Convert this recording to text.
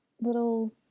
little